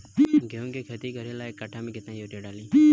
गेहूं के खेती करे ला एक काठा में केतना युरीयाँ डाली?